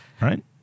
Right